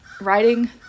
writing